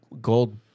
gold